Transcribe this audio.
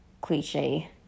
cliche